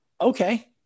okay